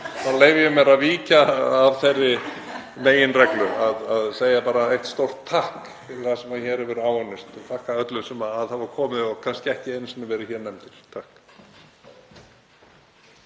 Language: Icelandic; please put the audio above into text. þá leyfi ég mér að víkja af þeirri meginreglu til að segja bara eitt stórt takk fyrir það sem hér hefur áunnist og þakka öllum sem hafa komið og kannski ekki einu sinni verið hér nefndir. Takk.